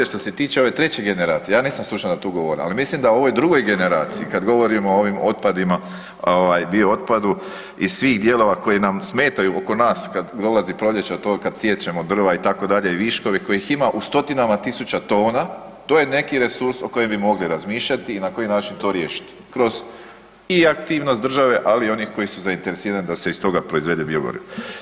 Što se tiče ove treće generacije, ja nisam stručnjak da tu govorim ali mislim da o ovoj drugoj generaciji kad govorimo o ovim otpadima, bio otpadu iz svih dijelova koji nam smetaju oko nas kad dolazi proljeće a to kad siječemo drva itd. i viškovima kojih ima, u stotinama tisuća tona, to je neki resurs o kojem bi mogli razmišljati i na koji način to riješiti, kroz i aktivnost države ali i onih koji su zainteresirani da se iz toga proizvede biogorivo.